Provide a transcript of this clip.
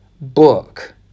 book